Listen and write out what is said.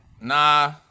Nah